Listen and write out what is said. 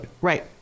Right